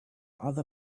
other